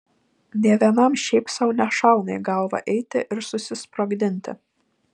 nė vienam šiaip sau nešauna į galvą eiti ir susisprogdinti